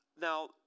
Now